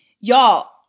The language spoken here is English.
y'all